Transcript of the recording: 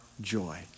joy